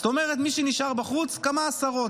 זאת אומרת, מי שנשאר בחוץ זה כמה עשרות.